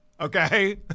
Okay